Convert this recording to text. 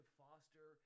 foster